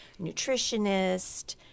nutritionist